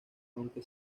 aunque